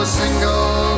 single